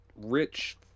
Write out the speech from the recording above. rich